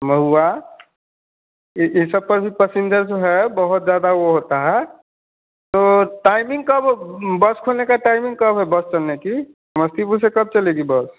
महुआ इ इ सब पर भी पैसेन्जर जो है बहुत ज़्यादा वह होता है तो टाइमिंग का वह बस खुलने की टाइमिंग कब है बस चलने की समस्तीपुर से कब चलेगी बस